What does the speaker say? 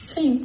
Sim